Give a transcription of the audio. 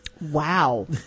wow